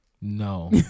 no